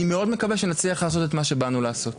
אני מאוד מקווה שנצליח לעשות את מה שבאנו לעשות.